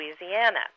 Louisiana